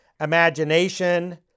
imagination